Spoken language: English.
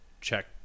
check